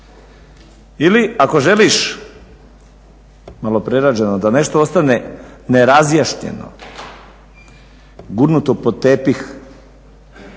Ili ako želiš malo prerađeno da nešto ostane nerazjašnjeno, gurnuto pod tepih